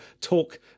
talk